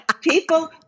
People